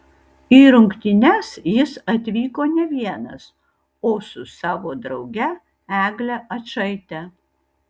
į rungtynes jis atvyko ne vienas o su savo drauge egle ačaite